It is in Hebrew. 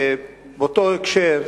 באותו הקשר,